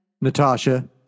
Natasha